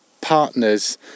partners